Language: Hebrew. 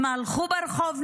הם הלכו ברחוב,